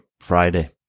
Friday